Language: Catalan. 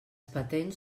patents